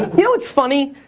you know what's funny?